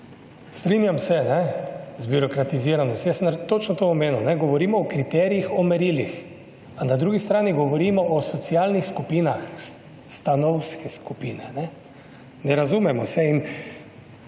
Strinjam se, zbirokratizirano. Saj jaz sem točno to omenil. Govorimo o kriterijih, o merilih. Pa na drugi strani govorimo o socialnih skupinah, stanovske skupine, ne. Ne razumemo se. In